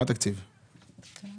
זה מה